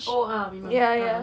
oh ah memang a'ah